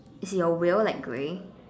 is your wheel like grey